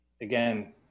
again